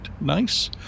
nice